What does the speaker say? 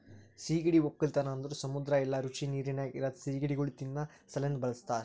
ಸೀಗಡಿ ಒಕ್ಕಲತನ ಅಂದುರ್ ಸಮುದ್ರ ಇಲ್ಲಾ ರುಚಿ ನೀರಿನಾಗ್ ಇರದ್ ಸೀಗಡಿಗೊಳ್ ತಿನ್ನಾ ಸಲೆಂದ್ ಬಳಸ್ತಾರ್